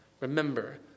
remember